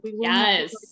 yes